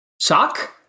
Sock